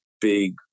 big